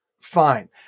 Fine